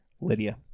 Lydia